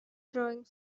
drawing